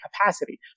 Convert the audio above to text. capacity